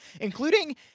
including